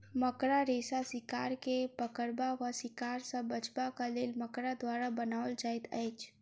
मकड़ा रेशा शिकार के पकड़बा वा शिकार सॅ बचबाक लेल मकड़ा द्वारा बनाओल जाइत अछि